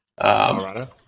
Colorado